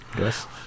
Yes